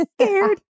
scared